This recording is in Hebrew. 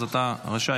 אז אתה רשאי.